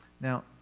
Now